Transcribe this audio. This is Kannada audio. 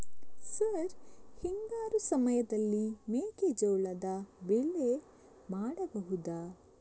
ಸರ್ ಹಿಂಗಾರು ಸಮಯದಲ್ಲಿ ಮೆಕ್ಕೆಜೋಳದ ಬೆಳೆ ಮಾಡಬಹುದಾ?